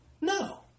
No